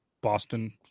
Boston